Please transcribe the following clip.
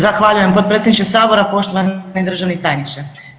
Zahvaljujem potpredsjedniče Sabora, poštovani državni tajniče.